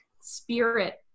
spirit